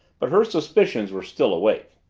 but her suspicions were still awake.